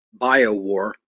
Biowar